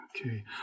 Okay